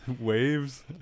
Waves